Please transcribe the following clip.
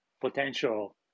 potential